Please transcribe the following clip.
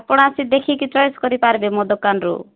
ଆପଣ ଆସିକି ଦେଖିକି ଚଏସ୍ କରି ପାରିବେ ମୋ ଦୋକାନରୁ